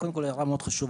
קודם כל ההערה מאוד חשובה,